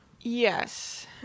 Yes